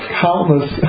countless